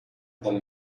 del